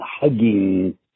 hugging